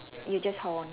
you just hold on